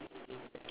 okay